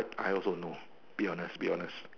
I also know be honest be honest